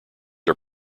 are